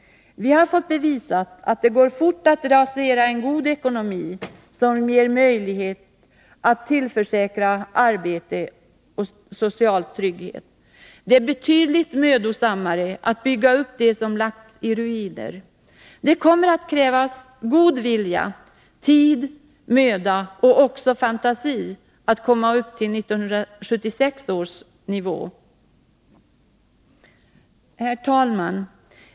Vi har fått bevisat att det går fort att rasera en god ekonomi, en ekonomi som ger möjlighet att tillförsäkra människor arbete och social trygghet. Det är betydligt mödosammare att bygga upp det som lagts i ruiner. Det kommer att kräva god vilja, tid, möda men också fantasi att komma upp till 1976 års nivå. Herr talman!